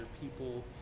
people